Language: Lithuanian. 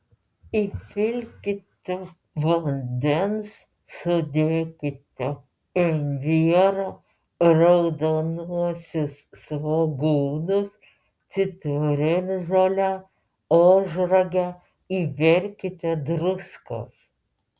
įpilkite vandens sudėkite imbierą raudonuosius svogūnus citrinžolę ožragę įberkite druskos